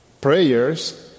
prayers